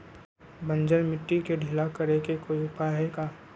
बंजर मिट्टी के ढीला करेके कोई उपाय है का?